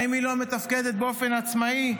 האם היא לא מתפקדת באופן עצמאי?